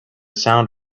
sound